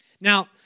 Now